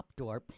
Opdorp